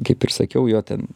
kaip ir sakiau jo ten